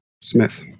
Smith